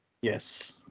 Yes